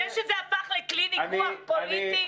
זה שזה הפך לכלי ניגוח פוליטי,